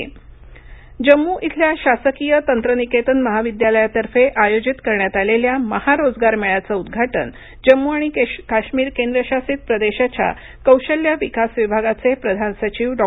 काश्मीर रोजगार जम्मू इथल्या शासकीय तंत्रनिकेतन महाविद्यालयातर्फे आयोजित करण्यात आलेल्या महारोजगार मेळ्याचं उद्घाटन जम्मू आणि काश्मीर केंद्रशासित प्रदेशाच्या कौशल्य विकास विभागाचे प्रधान सचिव डॉ